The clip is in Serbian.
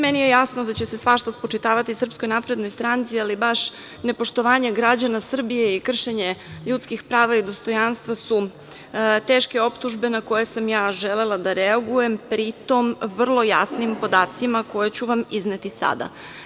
Meni je jasno da će se svašta spočitavati SNS, ali baš nepoštovanje građana Srbije i kršenje ljudskih prava i dostojanstva su teške optužbe na koje sam ja želela da reagujem, pri tom vrlo jasnim podacima koje ću vam izneti sada.